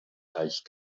teich